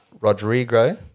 Rodrigo